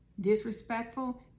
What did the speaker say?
Disrespectful